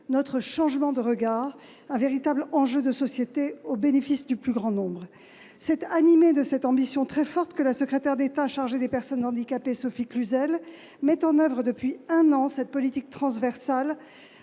un changement de notre regard et un véritable enjeu de société, au bénéfice du plus grand nombre. Animée de cette ambition très forte, la secrétaire d'État chargée des personnes handicapées, Sophie Cluzel, met en oeuvre depuis un an cette politique transversale,